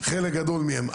חלק גדול מהן.